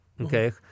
Okay